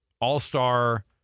all-star